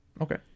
Okay